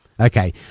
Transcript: Okay